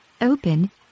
Open